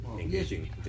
engaging